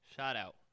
Shout-out